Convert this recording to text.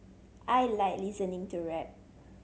I like listening to rap